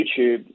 YouTube